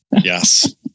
Yes